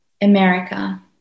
America